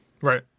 Right